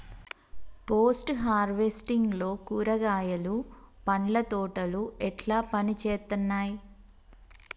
Post harvesting లో కూరగాయలు పండ్ల తోటలు ఎట్లా పనిచేత్తనయ్?